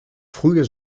früher